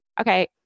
okay